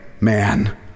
man